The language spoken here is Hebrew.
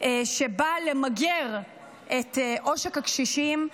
שבאה למגר את עושק הקשישים.